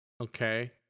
okay